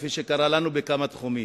כפי שקרה לנו בכמה תחומים.